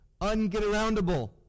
ungetaroundable